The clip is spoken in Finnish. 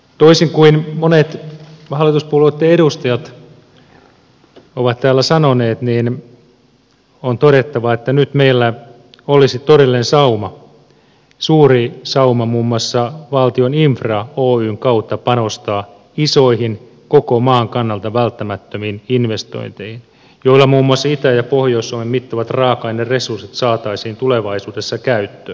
toisin kuin monet hallituspuolueitten edustajat ovat täällä sanoneet on todettava että nyt meillä olisi todellinen sauma suuri sauma muun muassa valtion infra oyn kautta panostaa isoihin koko maan kannalta välttämättömiin investointeihin joilla muun muassa itä ja pohjois suomen mittavat raaka aineresurssit saataisiin tulevaisuudessa käyttöön